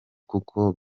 kuko